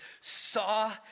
saw